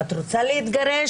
את רוצה להתגרש?